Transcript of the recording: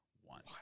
One